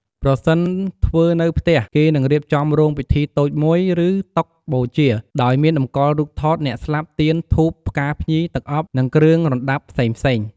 ប្រសិនធ្វើនៅផ្ទះ គេនឹងរៀបចំរោងពិធីតូចមួយ ឬតុបូជា ដោយមានតម្កល់រូបថតអ្នកស្លាប់ ទៀន ធូប ផ្កាភ្ញី ទឹកអប់ និងគ្រឿងរណ្ដាប់ផ្សេងៗ។